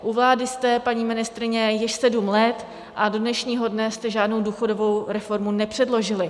U vlády jste, paní ministryně, již sedm let, a do dnešního dne jste žádnou důchodovou reformu nepředložili.